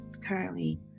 Currently